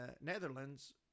Netherlands